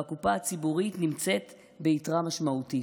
והקופה הציבורית נמצאת ביתרה משמעותית.